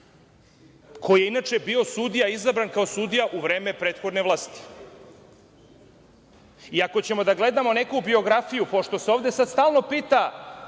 koji je inače bio sudija, izabran kao sudija u vreme prethodne vlasti. Ako ćemo da gledamo neku biografiju, pošto se sad stalno pita,